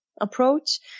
approach